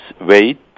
weight